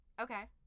Okay